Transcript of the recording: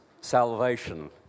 salvation